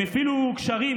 הם הפעילו קשרים,